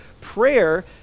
prayer